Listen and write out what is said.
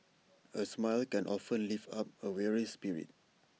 A smile can often lift up A weary spirit